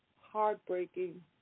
heartbreaking